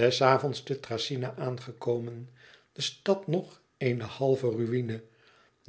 des avonds te thracyna aangekomen de stad nog eene halve ruïne